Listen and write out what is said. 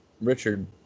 Richard